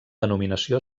denominació